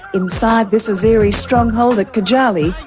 inside this azeri stronghold at khojaly,